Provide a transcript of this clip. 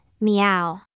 Meow